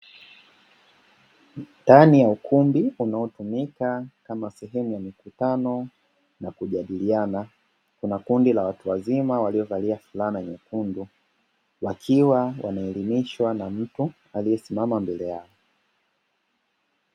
Ndani ya ukumbi unaotumika kama sehemu ya mikutano na kujadiliana kuna kundi la watu wazima waliovalia fulana nyekundu, wakiwa wanaelimishwa na mtu aliyesimama mbele yao.